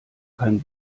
kein